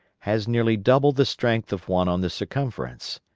has nearly double the strength of one on the circumference.